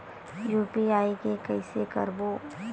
UPI के कइसे करबो?